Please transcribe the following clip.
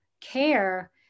care